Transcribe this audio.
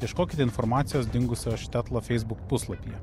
ieškokite informacijos dingusio štetlo feisbuk puslapyje